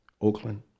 Oakland